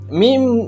meme